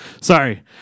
Sorry